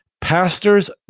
pastors